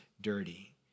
dirty